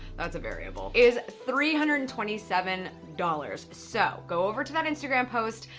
that's a variable, is three hundred and twenty seven dollars. so go over to that instagram post,